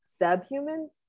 subhumans